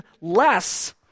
less